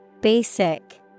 Basic